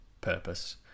purpose